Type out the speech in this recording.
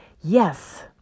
yes